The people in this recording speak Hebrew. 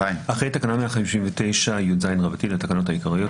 16.הוספת תקנה 159יז1 אחרי תקנה 159יז לתקנות העיקריות,